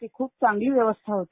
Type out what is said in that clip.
की खूप चांगली व्यवस्था होती